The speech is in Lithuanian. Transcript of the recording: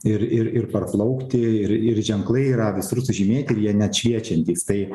ir ir ir parplaukti ir ir ženklai yra visur sužymėti ir jie net šviečiantys tai